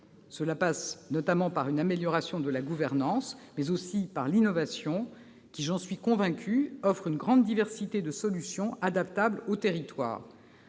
Cela passe notamment par une amélioration de la gouvernance, mais aussi par l'innovation, qui, j'en suis convaincue, offre une grande diversité de solutions adaptables aux territoires.